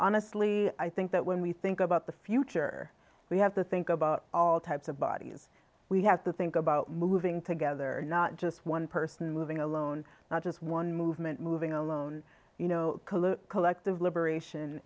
honestly i think that when we think about the future we have to think about all types of bodies we have to think about moving together not just one person moving alone not just one movement moving alone you know kalu collective liber